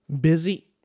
Busy